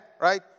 right